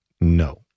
No